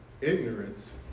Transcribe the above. ignorance